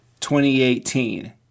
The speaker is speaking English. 2018